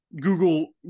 Google